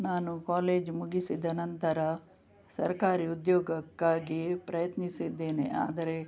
ನಾನು ಕಾಲೇಜ್ ಮುಗಿಸಿದ ನಂತರ ಸರ್ಕಾರಿ ಉದ್ಯೋಗಕ್ಕಾಗಿ ಪ್ರಯತ್ನಿಸಿದ್ದೇನೆ ಆದರೆ